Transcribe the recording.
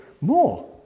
more